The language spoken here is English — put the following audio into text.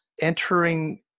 entering